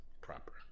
proper